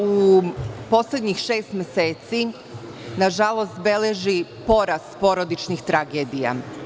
U Srbiji se u poslednjih šest meseci, nažalost, beleži porast porodičnih tragedija.